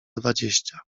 dwadzieścia